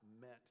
meant